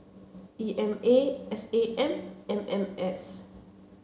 E M A S A M M M S